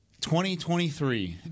2023